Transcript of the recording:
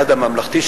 היעד הממלכתי,